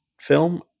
film